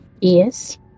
Yes